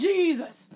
Jesus